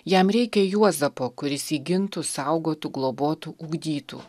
jam reikia juozapo kuris jį gintų saugotų globotų ugdytų